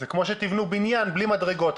זה כמו שתבנו בניין בלי מדרגות,